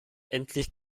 endlich